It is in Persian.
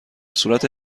صورت